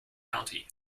county